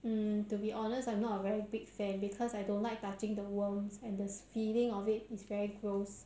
mm to be honest I am not a very big fan because I don't like touching the worms and the feeling of it is very gross